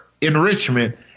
enrichment